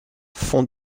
fond